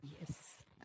Yes